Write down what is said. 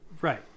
Right